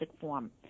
form